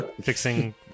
Fixing